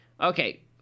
Okay